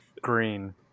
green